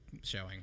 showing